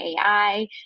AI